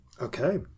Okay